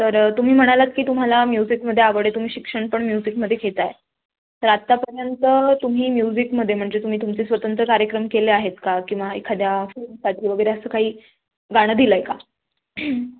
तर तुम्ही म्हणालात की तुम्हाला म्युझिकमध्ये आवड आहे तुम्ही शिक्षण पण म्युझिकमध्ये घेताय तर आत्तापर्यंत तुम्ही म्युझिकमध्ये म्हणजे तुम्ही तुमचे स्वतंत्र कार्यक्रम केले आहेत का किंवा एखाद्या फील्मसाठी वगैरे असं काही गाणं दिलं आहे का